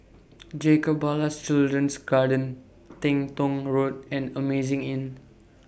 Jacob Ballas Children's Garden Teng Tong Road and Amazing Inn